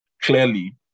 Clearly